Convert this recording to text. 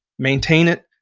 maintain it.